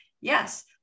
Yes